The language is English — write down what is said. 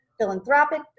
philanthropic